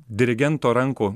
dirigento rankų